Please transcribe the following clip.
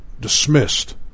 dismissed